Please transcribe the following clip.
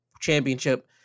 Championship